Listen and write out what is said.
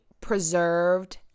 preserved